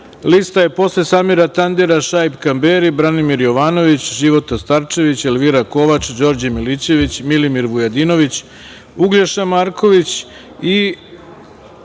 Lista je posle Samira Tandira, Šaip Kamberi, Branimir Jovanović, Života Starčević, Elvira Kovač, Đorđe Milićević, Milimir Vujadinović, Uglješa Marković i